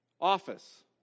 office